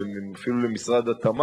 כפי שציינו כאן והדוח מציין,